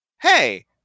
hey